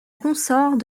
consort